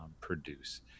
produce